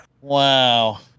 Wow